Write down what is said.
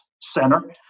center